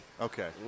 Okay